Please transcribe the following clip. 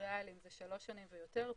ריאליים זה שלוש שנים ויותר,